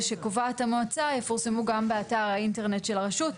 שקובעת המועצה יפורסמו גם באתר האינטרנט של הרשות.